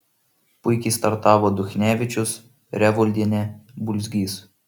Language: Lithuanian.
puikiai startavo duchnevičius revoldienė bulzgys